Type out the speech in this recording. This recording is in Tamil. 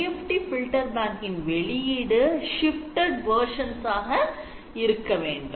DFT filter bank இன் வெளியீடு மாற்றப்பட்டதாய் இருக்க வேண்டும்